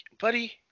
buddy